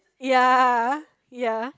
ya ya